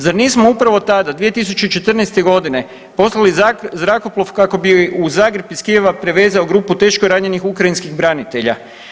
Zar nismo upravo tada, 2014. g. poslali zrakoplov kako bi u Zagreb iz Kijeva prevezao grupu teško ranjenih ukrajinskih branitelja?